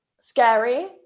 scary